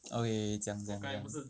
okay 讲讲讲